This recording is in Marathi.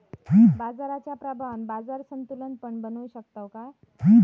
बाजाराच्या प्रभावान बाजार संतुलन पण बनवू शकताव काय?